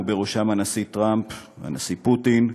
ובראשם הנשיא טראמפ והנשיא פוטין,